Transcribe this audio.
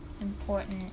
important